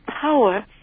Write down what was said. power